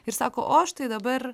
ir sako o štai dabar